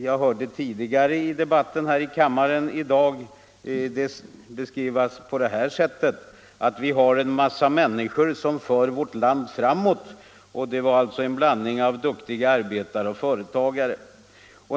Jag hörde i debatten här i kammaren tidigare i dag följande beskrivning: Vi har en massa människor som för vårt land framåt — alltså en blandning av duktiga arbetare och företagare.